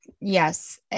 yes